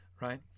right